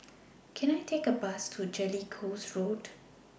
Can I Take A Bus to Jellicoe Road